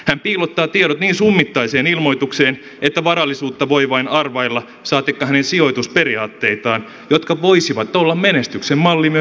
hän piilottaa tiedot niin summittaiseen ilmoitukseen että varallisuutta voi vain arvailla saatikka hänen sijoitusperiaatteitaan jotka voisivat olla menestyksen malli myös muille